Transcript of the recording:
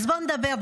אז בואו נדבר.